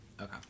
Okay